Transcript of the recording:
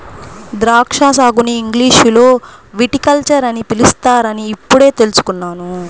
ద్రాక్షా సాగుని ఇంగ్లీషులో విటికల్చర్ అని పిలుస్తారని ఇప్పుడే తెల్సుకున్నాను